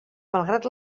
malgrat